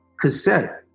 Cassette